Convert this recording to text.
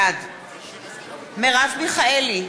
בעד מרב מיכאלי,